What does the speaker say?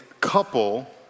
couple